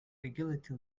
agility